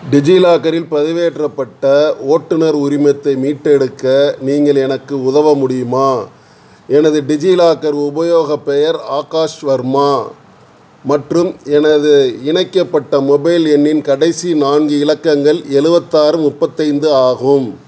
டிஜிலாக்கரில் பதிவேற்றப்பட்ட ஓட்டுநர் உரிமத்தை மீட்டெடுக்க நீங்கள் எனக்கு உதவ முடியுமா எனது டிஜிலாக்கர் உபயோகப் பெயர் ஆகாஷ் வர்மா மற்றும் எனது இணைக்கப்பட்ட மொபைல் எண்ணின் கடைசி நான்கு இலக்கங்கள் எழுவத்தாறு முப்பத்தைந்து ஆகும்